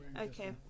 Okay